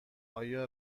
آیا